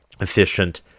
efficient